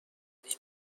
ببینی